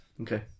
Okay